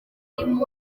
mwalimu